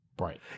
Right